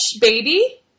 baby